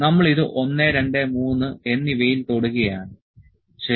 നമ്മൾ ഇത് 1 2 3 എന്നിവയിൽ തൊടുകയാണ് ശരി